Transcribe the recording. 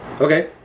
Okay